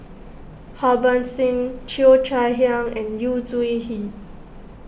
Harbans Singh Cheo Chai Hiang and Yu Zhuye